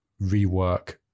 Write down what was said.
rework